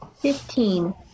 Fifteen